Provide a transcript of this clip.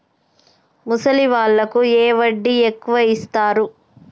ముసలి వాళ్ళకు ఏ వడ్డీ ఎక్కువ ఇస్తారు?